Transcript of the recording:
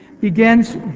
begins